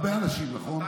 אני מאמין.